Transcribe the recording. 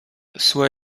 soit